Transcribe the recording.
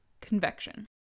convection